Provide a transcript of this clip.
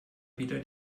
wieder